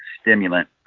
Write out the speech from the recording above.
stimulant